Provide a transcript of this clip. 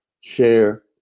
Share